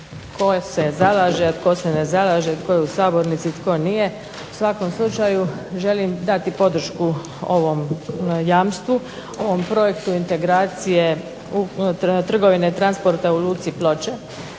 tko se zalaže, tko se ne zalaže, tko je u Sabornici, tko nije. U svakom slučaju, želim dati podršku ovom jamstvu, ovom Projektu integracije trgovine i transporta u Luci Ploče.